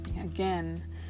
Again